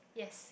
yes